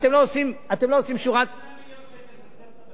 אתם לא עושים, 10 מיליון שקל,